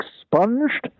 expunged